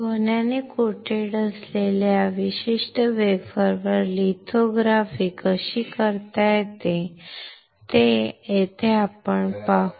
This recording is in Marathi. सोन्याने कोटेड असलेल्या या विशिष्ट वेफरवर लिथोग्राफी कशी करता येते ते येथे आपण पाहू